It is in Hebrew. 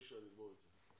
בבוקר ונסיים את זה.